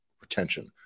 retention